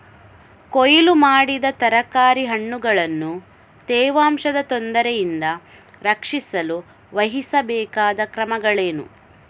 ಕೊಯ್ಲು ಮಾಡಿದ ತರಕಾರಿ ಹಣ್ಣುಗಳನ್ನು ತೇವಾಂಶದ ತೊಂದರೆಯಿಂದ ರಕ್ಷಿಸಲು ವಹಿಸಬೇಕಾದ ಕ್ರಮಗಳೇನು?